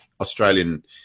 Australian